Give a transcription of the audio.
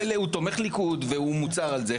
הוא תומך ליכוד והוא מוצהר על זה.